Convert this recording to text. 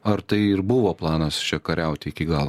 ar tai ir buvo planas čia kariauti iki galo